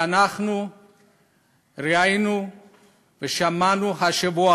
האפליה שאנחנו ראינו ושמענו השבוע